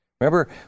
Remember